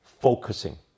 focusing